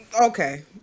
Okay